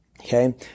Okay